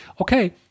okay